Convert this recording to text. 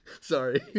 Sorry